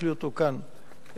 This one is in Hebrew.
יש לי אותו כאן, אצלי.